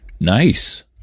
nice